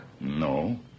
No